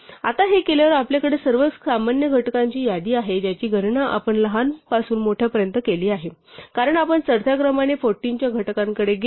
आणि आता हे केल्यावर आपल्याकडे सर्व सामान्य घटकांची यादी आहे ज्याची गणना आपण लहान पासून मोठ्या पर्यंत केली आहे कारण आपण चढत्या क्रमाने 14 च्या घटकांकडे गेलो